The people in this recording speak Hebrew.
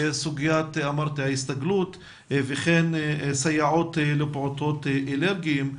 סוגיית ההסתגלות וכן סייעות לפעוטות אלרגיים,